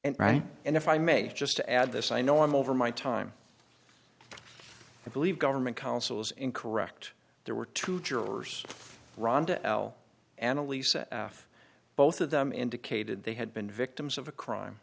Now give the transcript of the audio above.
and right and if i may just to add this i know i'm over my time i believe government counsels in correct there were two jurors rhonda l annalisa off both of them indicated they had been victims of a crime